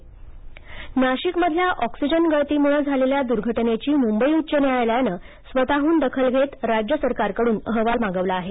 नाशिक दर्घटना न्यायालय नाशिकमधल्या ऑक्सिजन गळतीमुळं झालेल्या दुर्घटनेची मुंबई उच्च न्यायालयानं स्वतः हून दखल घेत राज्य सरकारकडून अहवाल मागवला आहे